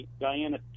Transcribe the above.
Diana